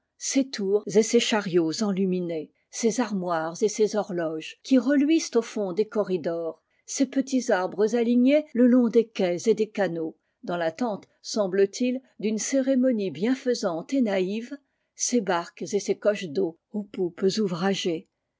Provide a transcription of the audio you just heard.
ses tours et ses chariots enluminés ses armoires et ses horloges qui reluisent au fond des corridors ses petits arbres alignés le long des quais et des canaux dans l'attente semble-t-il d'une cérémonie bienfaisante et naïve ses barques et ses coches d'eau aux poupes ouvragées